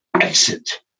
exit